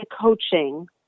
coaching